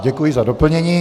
Děkuji za doplnění.